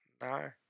no